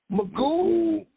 Magoo